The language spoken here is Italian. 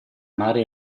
mare